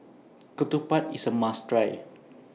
Ketupat IS A must Try